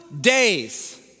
days